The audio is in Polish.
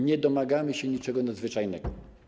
Nie domagamy się niczego nadzwyczajnego.